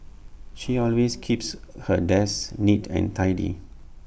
she always keeps her desk neat and tidy